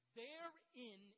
Therein